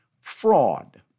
fraud